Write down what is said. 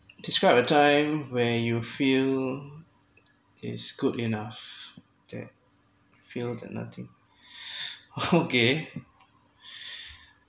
describe a time where you feel is good enough that feel than nothing oh okay